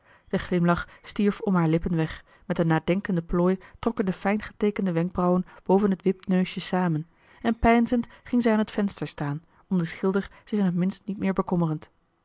de glimlach stierf om haar lippen weg met een nadenkende plooi trokken de fijngeteekende wenkbrauwen boven het wipneusje samen en peinzend ging zij aan het venster staan om den schilder zich in t minst niet meer bekommerend